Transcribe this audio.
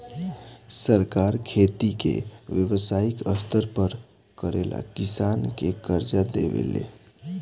सरकार खेती के व्यवसायिक स्तर पर करेला किसान के कर्जा देवे ले